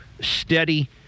steady